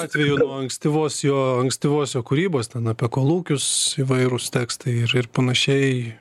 atvejų nuo ankstyvos jo ankstyvos jo kūrybos ten apie kolūkius įvairūs tekstai ir ir panašiai